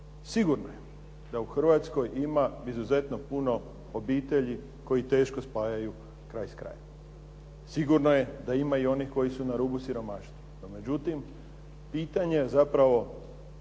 sigurno je da u Hrvatskoj ima izuzetno puno obitelji koji teško spajaju kraj s krajem. Sigurno je da ima i onih koji su na rubu siromaštva. Međutim, pitanje zapravo